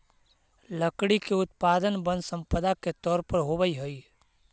लकड़ी के उत्पादन वन सम्पदा के तौर पर होवऽ हई